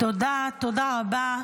תודה, תודה רבה.